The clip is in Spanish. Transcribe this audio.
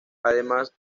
además